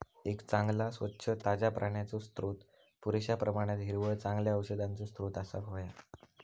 एक चांगला, स्वच्छ, ताज्या पाण्याचो स्त्रोत, पुरेश्या प्रमाणात हिरवळ, चांगल्या औषधांचो स्त्रोत असाक व्हया